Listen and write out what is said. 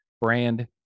brand